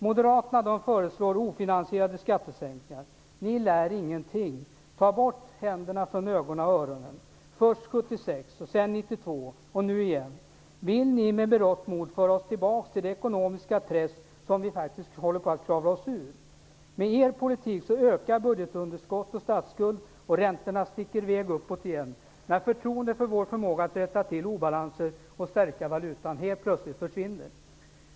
Moderaterna föreslår ofinansierade skattesänkningar. Ni lär er ingenting. Ta bort händerna från ögonen och öronen! Först 1976, sedan 1982 och nu igen. Vill ni med berått mod föra oss tillbaka till det ekonomiska träsk som vi faktiskt håller på att kravla oss ur? Med er politik ökar budgetunderskott och statsskuld och räntorna sticker iväg uppåt igen, där förtroendet för vår förmåga att rätta till obalanser och stärka valutan helt plötsligt försvinner.